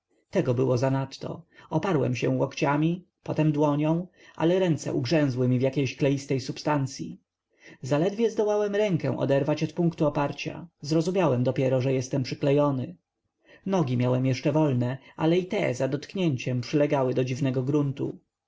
tego było zanadto oparłem się łokciami potem dłonią ale ręce ugrzęzły w jakiejś kleistej substancyi zaledwie zdołałem rękę oderwać od punktu oparcia zrozumiałem dopiero że jestem przyklejony nogi miałem jeszcze wolne ale i te za dotknięciem przylegały do dziwnego gruntu